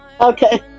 Okay